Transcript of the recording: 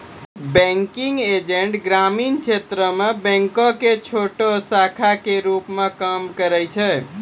banking agent ग्रामीण क्षेत्रो मे बैंको के छोटो शाखा के रुप मे काम करै छै